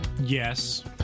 Yes